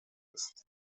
است